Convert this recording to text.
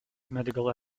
medical